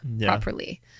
properly